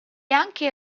anche